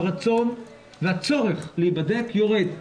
הרצון והצורך להיבדק יורד,